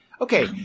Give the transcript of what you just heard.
okay